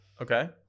okay